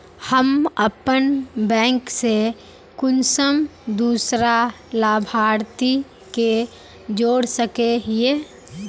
हम अपन बैंक से कुंसम दूसरा लाभारती के जोड़ सके हिय?